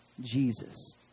Jesus